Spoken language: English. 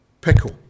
Pickle